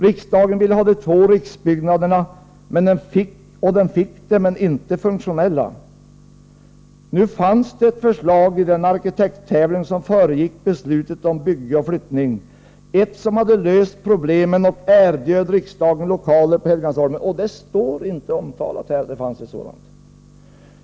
Riksdagen ville ha de två riksbyggnaderna. Den fick det, men de var inte funktionella. Nu fanns det ett förslag i den arkitekttävling som föregick beslutet om bygge och flyttning — ett som hade löst problemen och som erbjöd riksdagen lokaler på Helgeandsholmen. Detta står inte omtalat här.